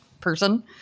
person